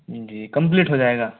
जी complete हो जाएगा